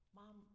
mom